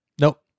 Nope